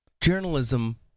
Journalism